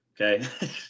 okay